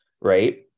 right